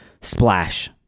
splash